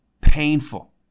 painful